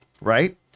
Right